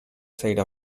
side